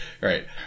Right